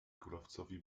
kulawcowi